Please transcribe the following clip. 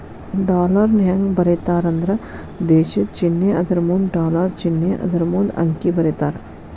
ಡಾಲರ್ನ ಹೆಂಗ ಬರೇತಾರಂದ್ರ ದೇಶದ್ ಚಿನ್ನೆ ಅದರಮುಂದ ಡಾಲರ್ ಚಿನ್ನೆ ಅದರಮುಂದ ಅಂಕಿ ಬರೇತಾರ